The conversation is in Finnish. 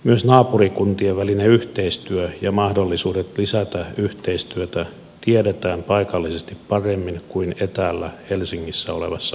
myös naapurikuntien välinen yhteistyö ja mahdollisuudet lisätä yhteistyötä tiedetään paikallisesti paremmin kuin etäällä helsingissä olevassa ministeriössä